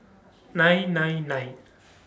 nine nine nine